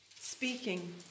speaking